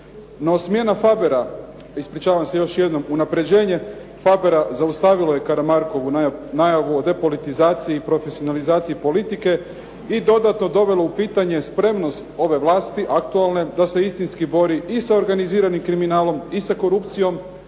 No smjena Fabera, ispričavam se još jednom, unapređenje Fabera, zaustavilo je Karamarkovu najavu o depolitizaciji i profesionalizaciji politike i dodatno dovelo u pitanje spremnost ove vlasti aktualne da se istinski bori i sa organiziranim kriminalom i sa korupcijom